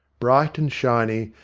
bright and shiny,